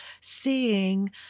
seeing